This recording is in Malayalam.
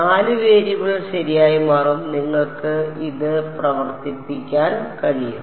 4 വേരിയബിളുകൾ ശരിയായി മാറും നിങ്ങൾക്ക് ഇത് പ്രവർത്തിപ്പിക്കാൻ കഴിയും